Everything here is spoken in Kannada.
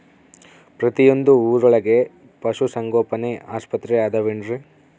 ಪ್ರತಿಯೊಂದು ಊರೊಳಗೆ ಪಶುಸಂಗೋಪನೆ ಆಸ್ಪತ್ರೆ ಅದವೇನ್ರಿ?